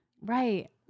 Right